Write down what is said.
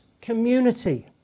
community